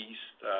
East